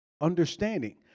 understanding